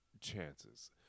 chances